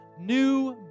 new